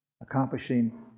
accomplishing